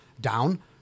down